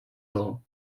law